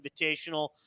Invitational